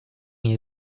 nie